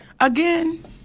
again